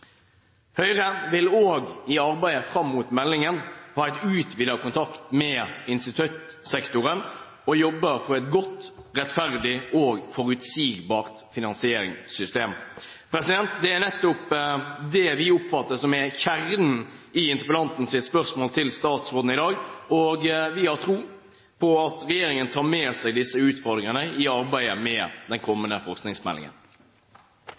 Høyre vil også i arbeidet fram mot meldingen ha en utvidet kontakt med instituttsektoren og jobbe for et godt, rettferdig og forutsigbart finansieringssystem. Det er nettopp det vi oppfatter er kjernen i interpellantens spørsmål til statsråden i dag, og vi har tro på at regjeringen tar med seg disse utfordringene i arbeidet med den kommende forskningsmeldingen.